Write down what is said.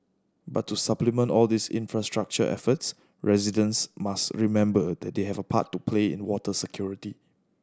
but to supplement all these infrastructure efforts residents must remember that they have a part to play in water security